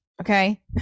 Okay